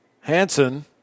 Hanson